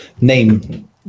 name